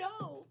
No